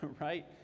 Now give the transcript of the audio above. Right